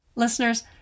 listeners